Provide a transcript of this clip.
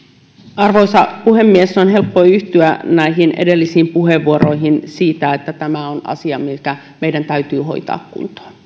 arvoisa puhemies on helppo yhtyä näihin edellisiin puheenvuoroihin siitä että tämä on asia mikä meidän täytyy hoitaa kuntoon